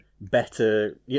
better